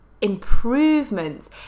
improvements